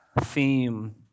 theme